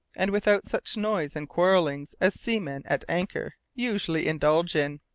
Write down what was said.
and without such noise and quarrelling as seamen at anchor usually indulge in.